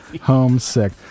Homesick